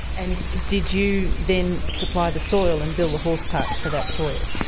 and did you then supply the soil and build the horse park for that soil?